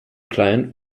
client